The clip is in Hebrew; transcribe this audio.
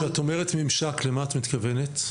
כשאת אומרת ממשק למה את מתכוונת?